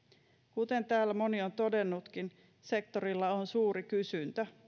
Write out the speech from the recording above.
kuten täällä moni on todennutkin sektorilla on suuri kysyntä